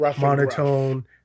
monotone